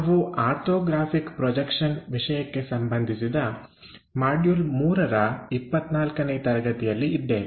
ನಾವು orthographic projection ವಿಷಯಕ್ಕೆ ಸಂಬಂಧಿಸಿದ ಮಾಡ್ಯೂಲ್ 3 ರ 24 ನೇ ತರಗತಿಯಲ್ಲಿ ಇದ್ದೇವೆ